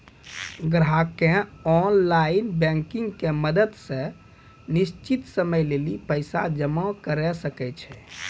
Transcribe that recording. ग्राहकें online banking के मदत से निश्चित समय लेली पैसा जमा करै सकै छै